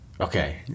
Okay